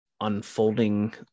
unfolding